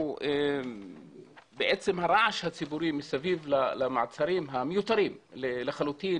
הוא בעצם הרעש הציבורי מסביב למעצרים המיותרים לחלוטין